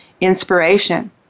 inspiration